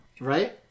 Right